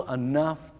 enough